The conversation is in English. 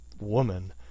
woman